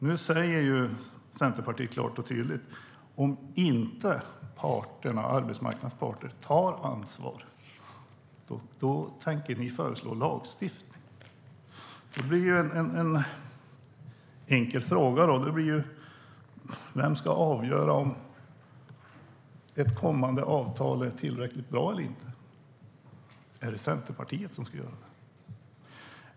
Nu säger Centerpartiet klart och tydligt: Om inte arbetsmarknadens parter tar ansvar tänker vi föreslå lagstiftning. En enkel fråga blir då: Vem ska avgöra om ett kommande avtal är tillräckligt bra eller inte? Är det Centerpartiet som ska göra det?